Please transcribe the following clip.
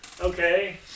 okay